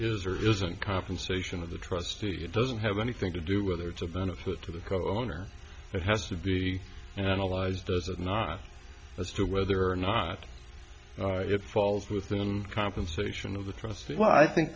is or isn't compensation of the trustee it doesn't have anything to do whether it's a benefit to the co owner that has to be analyzed does it not as to whether or not it falls within the compensation of the trustee well i think